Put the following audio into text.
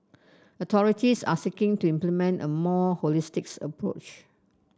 authorities are seeking to implement a more holistic's approach